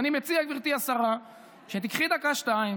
ואני מציע, גברתי השרה, שתיקחי דקה-שתיים